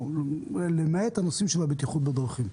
למעט הנושאים של הבטיחות בדרכים.